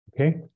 Okay